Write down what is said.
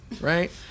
right